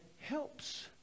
helps